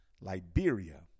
Liberia